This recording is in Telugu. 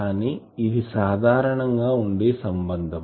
కానీ ఇది సాధారణంగా వుండే సంబంధం